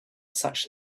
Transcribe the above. such